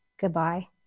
Goodbye